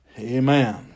Amen